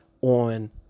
on